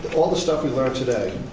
all the stuff we learned today,